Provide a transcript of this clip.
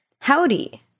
Howdy